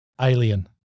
Alien